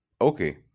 Okay